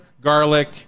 garlic